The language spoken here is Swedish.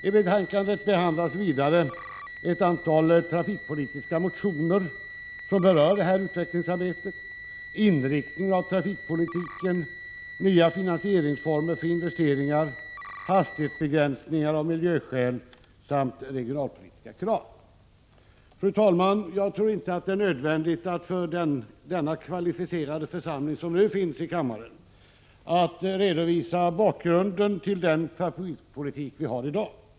I betänkandet behandlas vidare ett antal trafikpolitiska motioner som berör detta utvecklingsarbete, inriktning av trafikpolitiken, nya finansieringsformer för investeringar, hastigh etsbegränsningar av miljöskäl samt regionalpolitiska krav. Fru talman! Jag tror inte att det är nödvändigt att för den kvalificerade församling som nu finns i kammaren redovisa bakgrunden till den trafikpolitik som förs i dag.